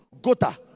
gota